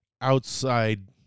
outside